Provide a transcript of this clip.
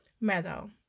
Meadow